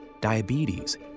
diabetes